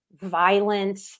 violent